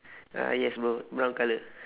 ah yes bro brown colour